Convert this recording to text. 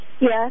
Yes